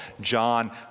John